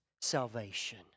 salvation